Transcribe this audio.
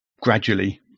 gradually